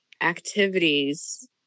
activities